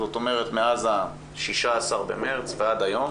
זאת אומרת מאז ה-16 במרס ועד היום,